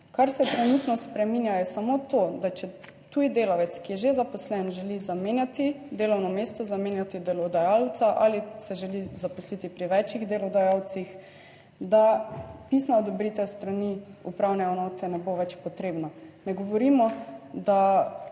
Kar se trenutno spreminja, je samo to, da če tuj delavec, ki je že zaposlen, želi zamenjati delovno mesto, zamenjati delodajalca ali se želi zaposliti pri večih delodajalcih, da pisna odobritev s strani upravne enote ne bo več potrebna. Ne govorimo, da